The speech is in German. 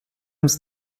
uns